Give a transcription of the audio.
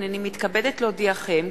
הנני מתכבדת להודיעכם,